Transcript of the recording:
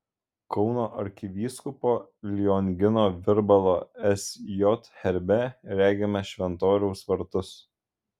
kauno arkivyskupo liongino virbalo sj herbe regime šventoriaus vartus